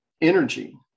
energy